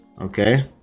okay